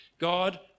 God